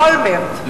אולמרט.